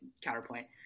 counterpoint